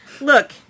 Look